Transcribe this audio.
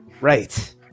Right